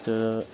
تہٕ